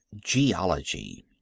Geology